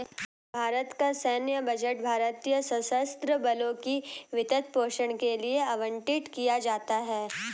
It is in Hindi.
भारत का सैन्य बजट भारतीय सशस्त्र बलों के वित्त पोषण के लिए आवंटित किया जाता है